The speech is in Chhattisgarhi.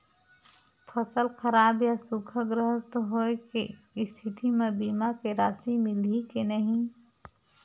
फसल खराब या सूखाग्रस्त होय के स्थिति म बीमा के राशि मिलही के नही?